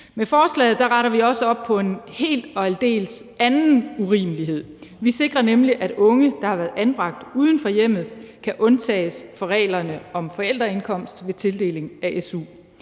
Med forslaget retter vi også op på en anden helt og aldeles urimelig ting, for vi sikrer nemlig, at unge, der har været anbragt uden for hjemmet, kan undtages for reglerne om forældreindkomst ved tildeling af su.